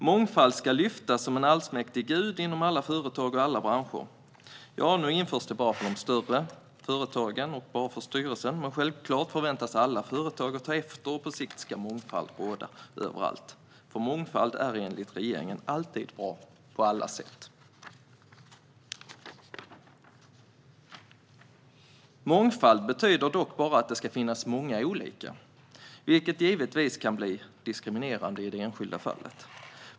Mångfald ska lyftas fram som en allsmäktig gud inom alla företag och alla branscher. Nu införs det bara på de större företagen och bara för styrelsen, men självklart förväntas alla företag ta efter. På sikt ska mångfald råda överallt, eftersom mångfald enligt regeringen alltid är bra på alla sätt. Mångfald betyder dock bara att det ska finnas många olika, vilket givetvis kan bli diskriminerande i det enskilda fallet.